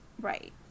right